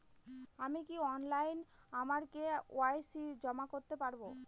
আমি কি অনলাইন আমার কে.ওয়াই.সি জমা করতে পারব?